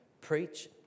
Preach